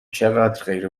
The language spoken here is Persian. چقدرغیر